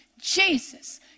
Jesus